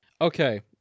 Okay